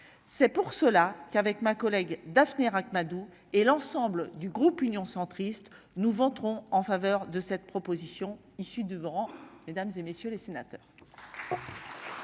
c'est pour cela qu'avec ma collègue daphné Ract-Madoux et l'ensemble du groupe Union centriste nous voterons en faveur de cette proposition issue du devront mesdames et messieurs les sénateurs.